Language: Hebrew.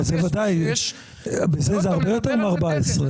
אז, בוודאי, זה הרבה יותר מ-14%.